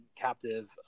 captive